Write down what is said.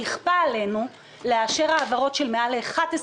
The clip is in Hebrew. נכפה עלינו לאשר העברות של מעל ל-11